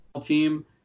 team